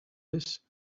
this